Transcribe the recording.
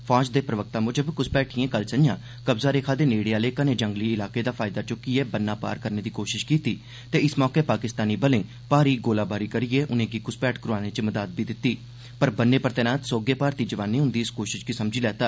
फौज दे प्रवक्ता म्जब घ्सपैठिएं कल संझां कब्ज़ा रेखा दे नेड़े आहले घने जंगली इलाके दा फायदा च्क्कियै बन्ना पार करने दी कोशश कीती ते इस मौके पाकिस्तानी बलें भारी गोलाबारी करियै उनें'गी घ्सपैठ करोआने च सहायता बी कीती पर बन्ने पर तैनात सौहगे भारती जवाने उंदी इस कोशश गी समझी लैता